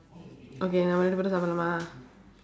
okay நம்ம இரண்டு பேரும் சாப்பிடலாமா:namma irandu peerum saappidalaamaa